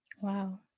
Wow